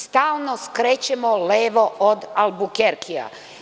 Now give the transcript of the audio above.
Stalno skrećemo levo od Albukerkija.